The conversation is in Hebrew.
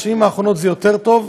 בשנים האחרונות זה יותר טוב,